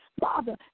Father